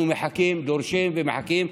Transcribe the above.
אנחנו דורשים ומחכים.